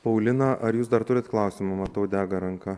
paulina ar jūs dar turit klausimų matau dega ranka